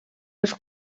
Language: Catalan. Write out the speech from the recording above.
els